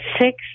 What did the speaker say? six